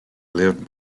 lived